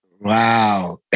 wow